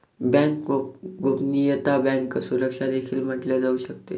bank गोपनीयतेला bank सुरक्षा देखील म्हटले जाऊ शकते